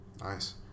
Nice